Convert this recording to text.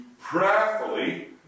prayerfully